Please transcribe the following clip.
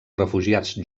refugiats